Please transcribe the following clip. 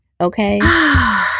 Okay